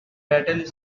battle